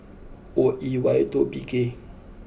O E Y two P K